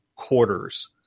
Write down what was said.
Quarters